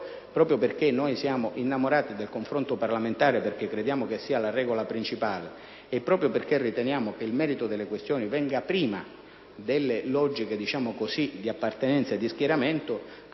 proprio perché siamo innamorati del confronto parlamentare, che crediamo che sia la regola principale, e riteniamo che il merito delle questioni venga prima delle logiche di appartenenza e di schieramento,